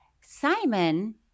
Simon